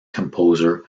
composer